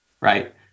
right